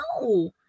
No